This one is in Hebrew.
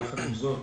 יחד עם זאת,